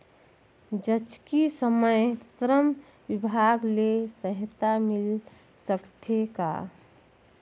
जचकी समय श्रम विभाग ले सहायता मिल सकथे का?